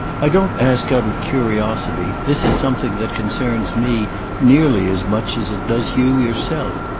i don't ask out of curiosity this is something that concerns me nearly as much as it does you yourself.